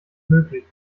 möglich